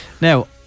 Now